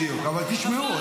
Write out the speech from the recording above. בדיוק, אבל תשמעו.